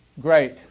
Great